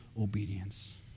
obedience